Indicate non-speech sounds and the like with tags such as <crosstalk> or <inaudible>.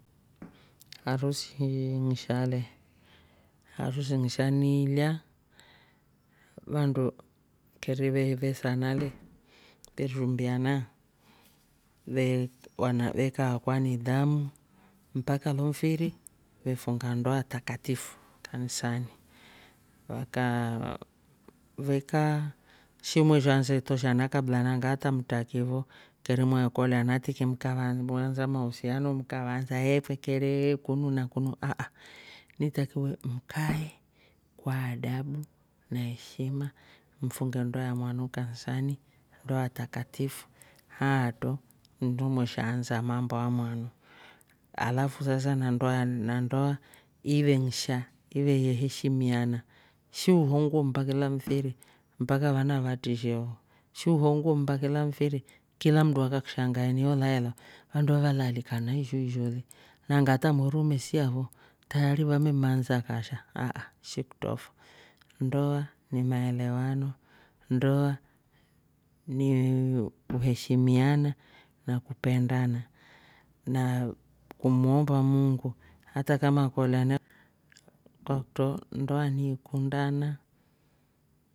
Harusii ng'shale harusi nsha niilya vandu keri ve- vesana le <noise> veshumbiana ve- wana wekaa kwa nidhamu mpaka lo mfiri ve funga ndoa takatifu kanisani, wakaa- vekaa shi mwesha ansha itoshana kabla hata mtaki fo keri mwe kolana tiki mna ansa mahusiano mkaansa epekeree kunu na kunu ah ah ne takiwe mkae <noise> kwa adabu na heshima mfunge ndoa yamwanu kanisani ndoa takatifu haatro nndo mwe sha ansa mambo amwanu, alafau sasa na ndoa- na ndoa ive nsha ive ye heshimiana shi uhongo mmba kila mfiri mpaka vana vatishe- shi uhongo mmba kila mfiri kilamndu akakushangaeni ulale lau vandu va valealikana isho isho le nanaga hata mwerii ume sia fo tayari vameme ansa kasha ah ah shikutro fo ndoa ni maelewano, ndoa nii- i kuheshimiana nakupendana na kumuomba mungu hata kama kolya na kwakutro ndoa ni ikundana,